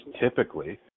typically